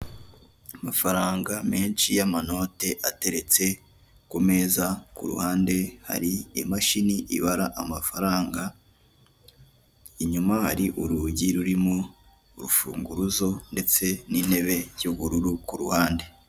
Amafaranga menshi y'amanote ateretse ku meza, ku ruhande hari imashini ibara amafaranga, inyuma hari urugi rurimo urufunguzo ndetse n'intebe y'ubururu ku ruhande.